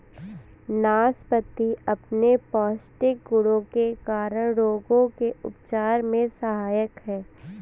नाशपाती अपने पौष्टिक गुणों के कारण रोगों के उपचार में सहायक है